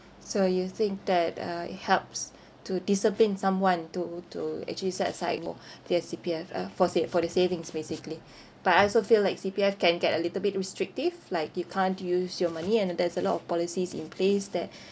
so you think that uh it helps to discipline someone to to actually set aside for their C_P_F uh for sa~ for the savings basically but I also feel like C_P_F can get a little bit restrictive like you can't use your money and then there's a lot of policies in place that